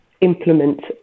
implement